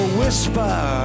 whisper